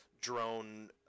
drone